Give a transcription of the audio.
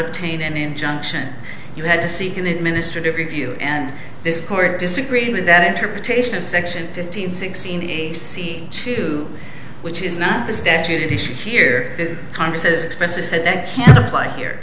obtain an injunction you had to seek an administrative review and this court disagreed with that interpretation of section fifteen sixteen two which is not the statute issue here that congress sixpences said that can't apply here